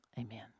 Amen